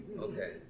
Okay